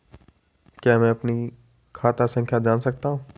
क्या मैं अपनी खाता संख्या जान सकता हूँ?